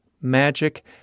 magic